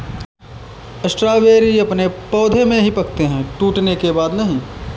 strawberry अपने पौधे में ही पकते है टूटने के बाद नहीं